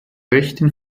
rechten